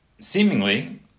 seemingly